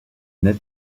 net